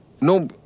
No